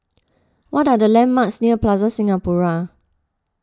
what are the landmarks near Plaza Singapura